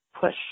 push